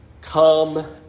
come